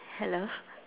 hello